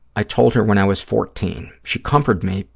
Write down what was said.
i told her when i was fourteen. she comforted me,